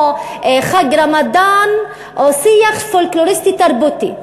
או חג רמדאן או שיח פולקלוריסטי תרבותי,